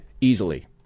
easily